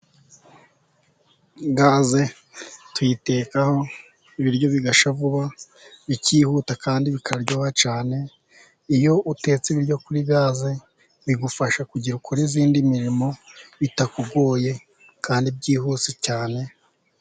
Gaze tuyitekaho ibiryo bigashya vuba bikihuta kandi bikaryoha cyane, iyo utetse ibiryo kuri gaze bigufasha kugira ukora indi mirimo, bitakugoye kandi byihuse cyane.